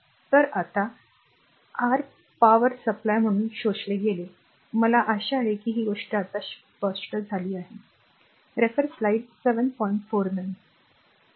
तर आता R power supply म्हणून शोषले गेले मला आशा आहे की ही गोष्ट आता स्पष्ट झाली आहे